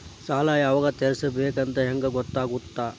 ಸಾಲ ಯಾವಾಗ ತೇರಿಸಬೇಕು ಅಂತ ಹೆಂಗ್ ಗೊತ್ತಾಗುತ್ತಾ?